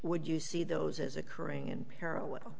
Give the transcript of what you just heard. would you see those as occurring in parallel